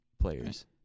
players